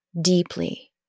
deeply